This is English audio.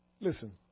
listen